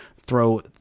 throw